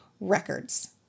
records